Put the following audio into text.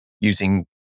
using